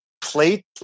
plate